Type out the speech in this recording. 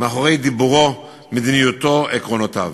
מאחורי דיבורו, מדיניותו, עקרונותיו.